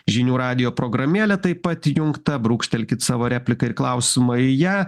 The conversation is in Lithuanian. žinių radijo programėlė taip pat įjungta brūkštelkit savo repliką ir klausimai į ją